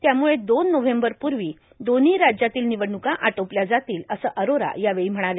त्यामुळे दोन नोव्हेंबरपूर्वी दोन्ही राज्यातील निवडण्का आटोपल्या जातील असं अरोरा यावेळी म्हणाले